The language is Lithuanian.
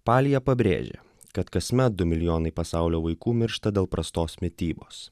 palija pabrėžia kad kasmet du milijonai pasaulio vaikų miršta dėl prastos mitybos